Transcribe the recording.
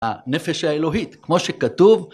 הנפש האלוהית, כמו שכתוב.